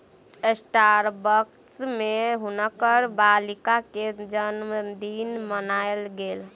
Starbucks में हुनकर बालिका के जनमदिन मनायल गेल